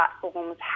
platforms